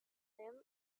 them